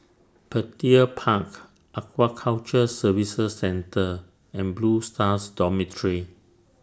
Petir Park Aquaculture Services Centre and Blue Stars Dormitory